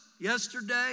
yesterday